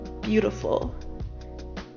beautiful